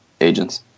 agents